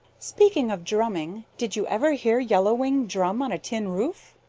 speaking of drumming, did you ever hear yellow wing drum on a tin roof?